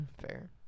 Fair